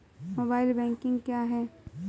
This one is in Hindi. मोबाइल बैंकिंग क्या है?